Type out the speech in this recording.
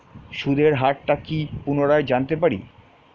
সুদের হার টা কি পুনরায় জানতে পারি?